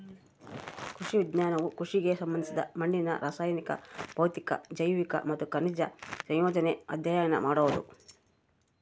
ಕೃಷಿ ವಿಜ್ಞಾನವು ಕೃಷಿಗೆ ಸಂಬಂಧಿಸಿದ ಮಣ್ಣಿನ ರಾಸಾಯನಿಕ ಭೌತಿಕ ಜೈವಿಕ ಮತ್ತು ಖನಿಜ ಸಂಯೋಜನೆ ಅಧ್ಯಯನ ಮಾಡೋದು